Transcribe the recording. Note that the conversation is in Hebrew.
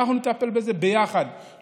אנחנו נטפל בזה ביחד,